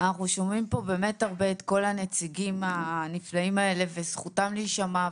שומעים כאן הרבה את כל הנציגים הנפלאים האלה וזכותם להישמע.